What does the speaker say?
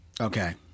Okay